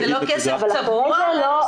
אבל אחרי זה הכסף הוא לא צבוע,